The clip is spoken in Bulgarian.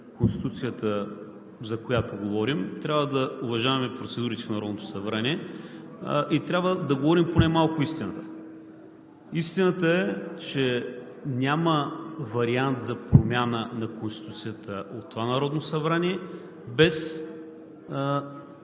Конституцията, за която говорим, трябва да уважаваме процедурите в Народното събрание и трябва да говорим поне малко истината. Истината е, че няма вариант за промяна на Конституцията от това Народно